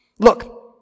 Look